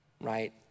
right